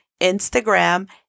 Instagram